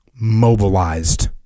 mobilized